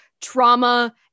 trauma